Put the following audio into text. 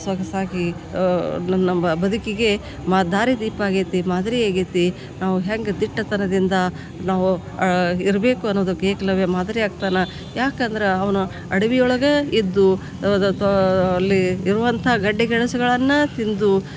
ಸೊಗಸಾಗಿ ನನ್ನ ಬದುಕಿಗೆ ಮ ದಾರಿದೀಪ ಆಗೇತಿ ಮಾದರಿ ಆಗೇತಿ ನಾವು ಹೆಂಗೆ ದಿಟ್ಟತನದಿಂದ ನಾವು ಇರಬೇಕು ಅನ್ನುದಕ್ಕೆ ಏಕಲವ್ಯ ಮಾದರಿ ಆಗ್ತಾನೆ ಯಾಕಂದ್ರೆ ಅವನು ಅಡವಿಯೊಳಗೆ ಇದ್ದು ಅಲ್ಲಿ ಇರುವಂಥ ಗಡ್ಡೆ ಗೆಣಸುಗಳನ್ನು ತಿಂದು